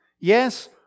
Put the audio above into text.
Yes